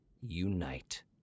unite